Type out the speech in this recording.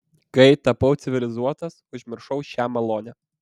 kai tapau civilizuotas užmiršau šią malonę